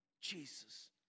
Jesus